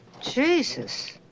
Jesus